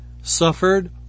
suffered